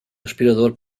aspirador